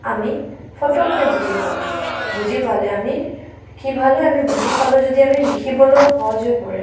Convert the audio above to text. আমি ফটককৈ বুজি পাওঁ বুজি পালে আমি কি ভাল হয় আমি বুজি পালো যদি আমি লিখিবলৈও সহজ হৈ পৰে